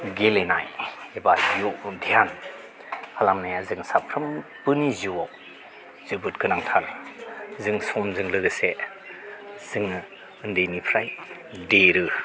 गेलेनाय एबा योग अद्ध्यान खालामनाया जों साफ्रोमबोनि जिउआव जोबोद गोनांथार जों समजों लोगोसे जोङो उन्दैनिफ्राय देरो